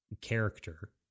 character